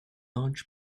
large